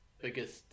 biggest